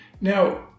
Now